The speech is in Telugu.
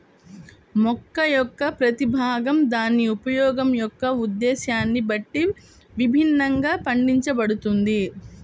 మొక్క యొక్క ప్రతి భాగం దాని ఉపయోగం యొక్క ఉద్దేశ్యాన్ని బట్టి విభిన్నంగా పండించబడుతుంది